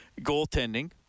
goaltending